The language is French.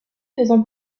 faisant